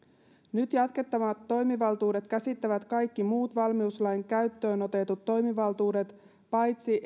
nyt jatkettavat toimivaltuudet käsittävät kaikki muut valmiuslain käyttöön otetut toimivaltuudet paitsi